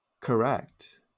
Correct